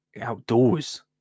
outdoors